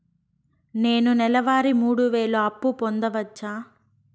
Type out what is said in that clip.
నేను నెల వారి మూడు వేలు అప్పు పొందవచ్చా?